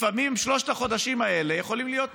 לפעמים שלושת החודשים האלה יכולים להיות מכריעים,